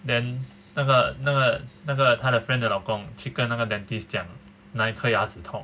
then 那个那个那个他 friend 的老公去跟那个 dentist 讲哪一颗牙齿痛